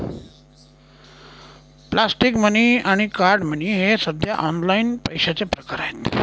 plastic money आणि card money हे सध्या ऑनलाइन पैशाचे प्रकार आहेत